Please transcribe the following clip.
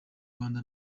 rwanda